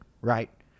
right